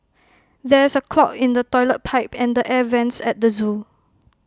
there is A clog in the Toilet Pipe and the air Vents at the Zoo